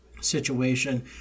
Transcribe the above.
situation